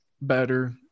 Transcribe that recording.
better